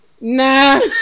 Nah